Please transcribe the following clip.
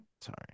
Sorry